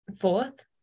fourth